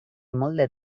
molt